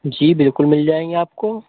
جی بالکل مل جائیں گے آپ کو